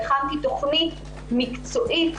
והכנתי תכנית מקצועית,